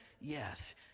Yes